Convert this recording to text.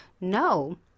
No